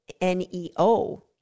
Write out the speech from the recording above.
N-E-O